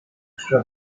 extra